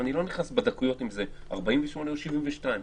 אני לא נכנס בדקויות אם זה 48 או 72,